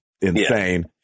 insane